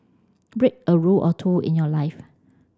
break a rule or two in your life